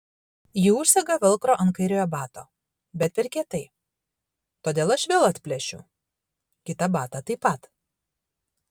ji užsega velcro ant kairiojo bato bet per kietai todėl aš vėl atplėšiu kitą batą taip pat